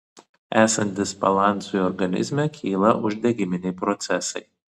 esant disbalansui organizme kyla uždegiminiai procesai